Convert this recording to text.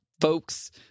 folks